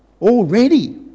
already